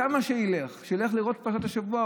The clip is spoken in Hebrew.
לשם שילך, שילך לראות את פרשת השבוע.